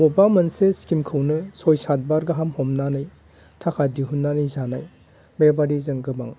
बबेबा मोनसे स्किमखौनो सय सातबार गाहाम हमनानै थाखा दिहुननानै जानाय बेबायदि जों गोबां